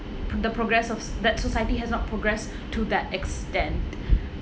the progress of that society has not progress to that extent